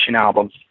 albums